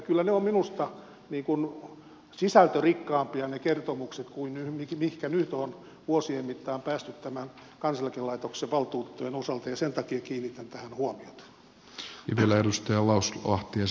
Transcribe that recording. kyllä ne kertomukset ovat minusta sisältörikkaampia kuin mihinkä nyt on vuosien mittaan päästy kansaneläkelaitoksen valtuutettujen osalta ja sen takia kiinnitän tähän huomiota